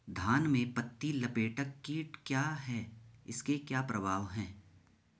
धान में पत्ती लपेटक कीट क्या है इसके क्या प्रभाव हैं?